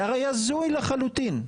זה הרי הזוי לחלוטין.